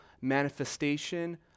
manifestation